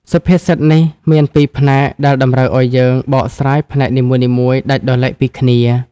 សុភាសិតនេះ មានពីរផ្នែកដែលតម្រូវឱ្យយើង បកស្រាយផ្នែកនីមួយៗដាច់ដោយឡែកពីគ្នា។